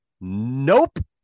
nope